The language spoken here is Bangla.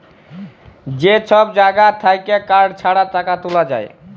যে সব জাগা থাক্যে কার্ড ছাড়া টাকা তুলা যায়